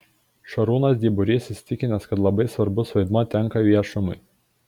šarūnas dyburys įsitikinęs kad labai svarbus vaidmuo tenka viešumui